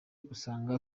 usanga